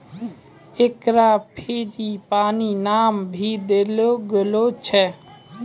एकरा फ़्रेंजीपानी नाम भी देलो गेलो छै